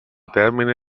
termine